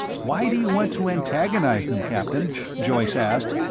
why do you want to antagonize them, captain? joyce asked.